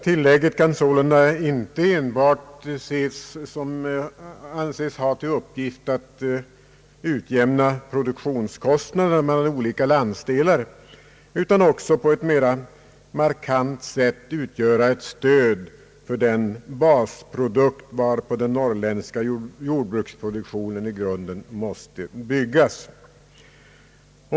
Tillägget kan alltså inte enbart anses ha uppgiften att utjämna produktionskostnaderna mellan olika landsdelar utan det skall också på ett mera markant sätt utgöra ett stöd för den basprodukt varpå den norrländska jordbruksproduktionen måste byggas.